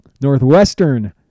Northwestern